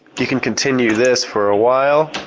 you can continue this for a while